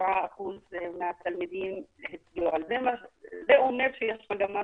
זה אומר שיש מגמת